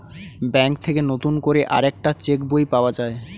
bank থেকে নতুন করে আরেকটা চেক বই পাওয়া যায়